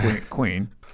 queen